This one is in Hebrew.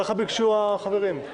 ככה ביקשו החברים.